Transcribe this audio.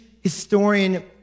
historian